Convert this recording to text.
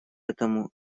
этому